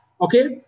okay